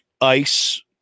ice